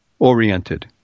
oriented